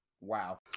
Wow